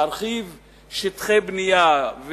להרחיב שטחי בנייה,